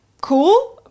cool